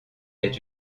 est